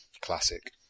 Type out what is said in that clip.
Classic